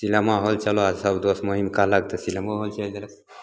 cinema hall चलऽ सब दोस्त महिम कहलक तऽ सिनेमोहॉल चलि देलस